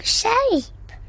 shape